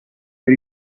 per